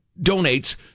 donates